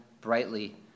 brightly